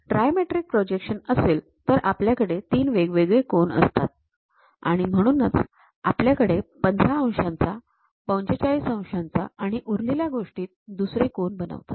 हेच जर trimetric projection असेल तर आपल्याकडे ३ वेगवेगळे कोन असतात आणि म्हणूनच आपल्याकडे १५ अंशाचा ४५ अंशाचा आणि उरलेल्या गोष्टीत दुसरे कोन बनवतात